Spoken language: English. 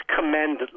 commend